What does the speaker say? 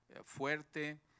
fuerte